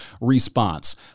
response